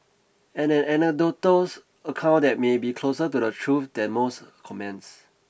and an anecdotal account that may be closer to the truth than most comments